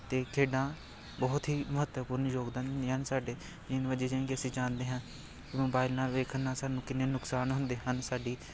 ਅਤੇ ਖੇਡਾਂ ਬਹੁਤ ਹੀ ਮਹੱਤਵਪੂਰਨ ਯੋਗਦਾਨ ਹੁੰਦੀਆਂ ਹਨ ਸਾਡੇ ਜਿਵੇਂ ਕਿ ਅਸੀਂ ਜਾਣਦੇ ਹਾਂ ਮੋਬਾਈਲ ਨਾਲ ਵੇਖਣ ਨਾਲ ਸਾਨੂੰ ਕਿੰਨੇ ਨੁਕਸਾਨ ਹੁੰਦੇ ਹਨ ਸਾਡੀ